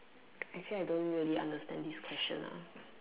actually I don't really understand this question ah